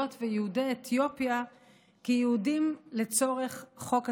ויהודי אתיופיה כיהודים לצורך חוק השבות.